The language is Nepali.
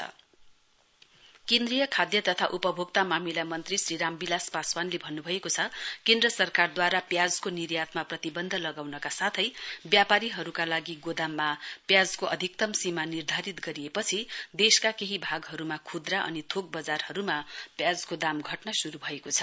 युनियन प्राइज केन्द्रीय खाद्य तथा उपभोक्ता मामिला मन्त्री श्री रामविलास पासवानले भन्नु भएको छ केन्द्र सरकारद्वारा प्याजको निर्यातमा प्रतिबन्ध लगाउनका साथै व्यापारीहरूका लागि गोदाममा प्याजको अधिकतम् सीमा निर्धारित गरिएपछि देशका केही भागहरूमा खुद्रा अनि थोक बजारहरूमा प्याजको दाम घट्न शुरू भएको छ